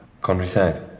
Countryside